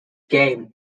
game